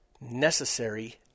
Necessary